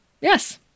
Yes